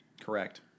Correct